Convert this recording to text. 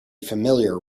familiar